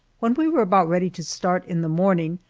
when we were about ready to start in the morning,